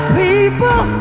people